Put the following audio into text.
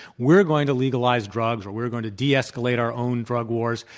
we are going to legalize drugs, or we are going to de escalate our own drug wars,